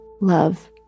love